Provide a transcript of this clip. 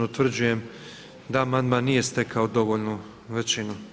Utvrđujem da amandman nije stekao dovoljnu većinu.